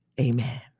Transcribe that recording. Amen